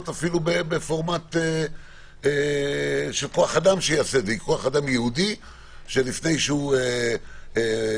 בפורמט של כוח אדם ייעודי שיעשה את זה,